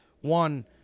one